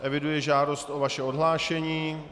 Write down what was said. Eviduji žádost o vaše odhlášení.